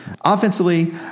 offensively